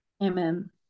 Amen